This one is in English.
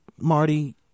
Marty